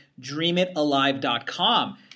DreamItAlive.com